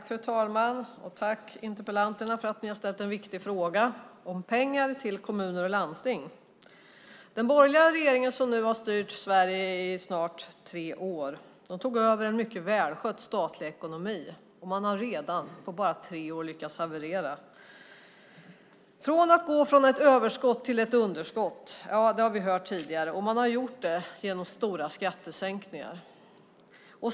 Fru talman! Tack, interpellanterna, för att ni har ställt en viktig fråga om pengar till kommuner och landsting! Den borgerliga regeringen som nu har styrt Sverige i snart tre år tog över en mycket välskött statlig ekonomi som man redan, på bara tre år, har lyckats haverera. Man har gått från ett överskott till ett underskott. Det har vi hört tidigare. Och man har gjort det genom stora skattesänkningar.